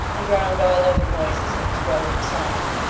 and drowned all other noises in its rolling sound.